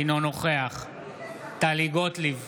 אינו נוכח טלי גוטליב,